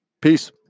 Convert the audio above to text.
Peace